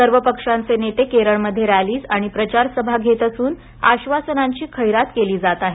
सर्व पक्षांचे नेते केरळमध्ये रॅलीज आणि प्रचार सभा घेत असून आक्षासनांची खैरात केली जात आहे